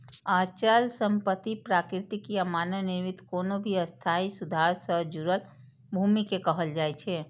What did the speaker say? अचल संपत्ति प्राकृतिक या मानव निर्मित कोनो भी स्थायी सुधार सं जुड़ल भूमि कें कहल जाइ छै